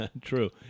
True